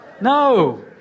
No